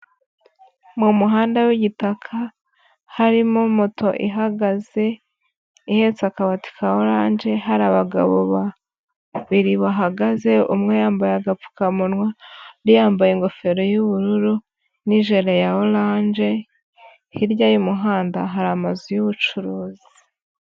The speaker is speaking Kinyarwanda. Mu muhanda w'igitaka harimo moto ihagaze ihetse akabati ka oranje, hari abagabo babiri bahagaze umwe yambaye agapfukamunwa undi yambaye ingofero y'ubururu n'ijere ya oranje, hirya y'umuhanda hari amazu y'ubucuruzi.